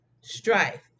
strife